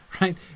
right